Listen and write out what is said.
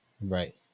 Right